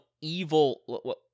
evil